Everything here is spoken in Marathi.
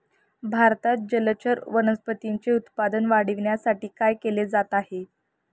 भारतात जलचर वनस्पतींचे उत्पादन वाढविण्यासाठी काय केले जात आहे?